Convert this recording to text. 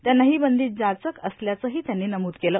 त्यांना ही बंदी जाचक असल्याचंही त्यांनी नमूद केलं